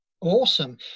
Awesome